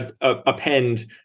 append